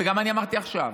וגם אני אמרתי עכשיו: